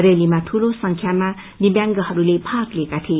रयालीमा ठूलो संख्यामा दिव्यांगहरूले भाग लिएका थिए